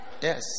Yes